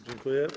Dziękuję.